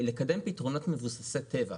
לקדם פתרונות מבוססי טבע.